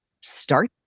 Start